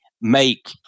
make